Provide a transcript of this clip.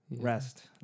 rest